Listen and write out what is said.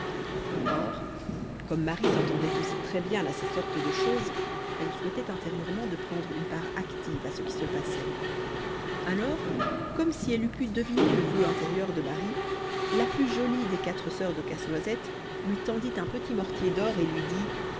or comme marie s'entendait aussi très bien à ces sortes de choses elle souhaitait intérieurement de prendre une part active à ce qui se passait alors comme si elle eût pu deviner le vœu intérieur de marie la plus jolie des quatre sœurs de casse-noisette lui tendit un petit mortier d'or et lui dit